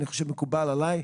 אני חושב שזה מקובל עליי.